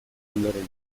ondoren